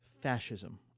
Fascism